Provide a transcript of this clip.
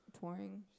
touring